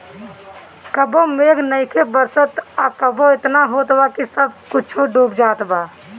कबो मेघ नइखे बरसत आ कबो एतना होत बा कि सब कुछो डूब जात बा